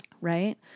right